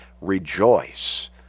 rejoice